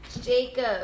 Jacob